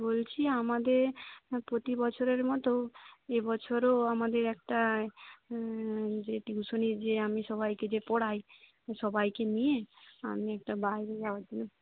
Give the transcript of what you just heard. বলছি আমাদের প্রতি বছরের মতো এবছরও আমাদের একটা যে টিউশনির যে আমি সবাইকে যে পড়াই সবাইকে নিয়ে আমি একটা বাইরে যাওয়ার